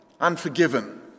unforgiven